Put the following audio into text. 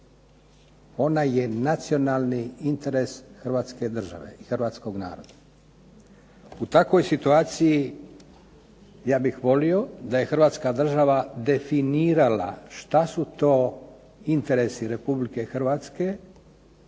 Ona je nacionalni interes Hrvatske države i hrvatskog naroda. U takvoj situaciji ja bih volio da je Hrvatska država definirala šta su to interesi Republike Hrvatske